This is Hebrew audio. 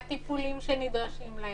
הטיפולים שנדרשים להם.